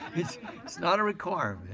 it's it's not a requirement.